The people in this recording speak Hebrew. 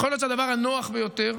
יכול להיות שהדבר הנוח ביותר,